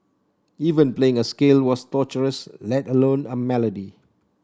even playing a scale was torturous let alone a melody